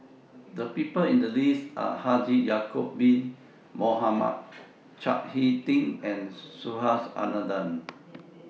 The People included in The list Are Haji Ya'Acob Bin Mohamed Chao Hick Tin and Subhas Anandan